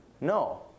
No